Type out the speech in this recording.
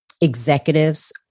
executives